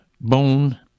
bone